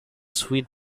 suite